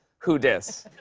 who dis?